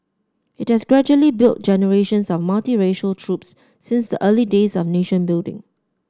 it has gradually built generations of multiracial troops since the early days of nation building